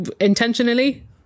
Intentionally